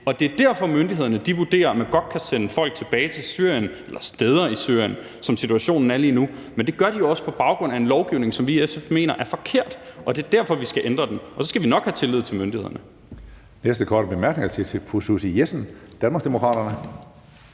Det er derfor, myndighederne vurderer, at man godt kan sende folk tilbage til Syrien eller steder i Syrien, som situationen er lige nu, men det gør de jo på baggrund af en lovgivning, som vi i SF mener er forkert. Det er derfor, vi skal ændre den, og så skal vi nok have tillid til myndighederne.